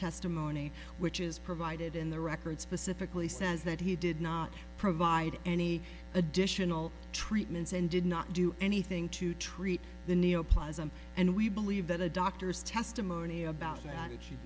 testimony which is provided in the records specifically says that he did not provide any additional treatments and did not do anything to treat the neo plasm and we believe that a doctor's testimony about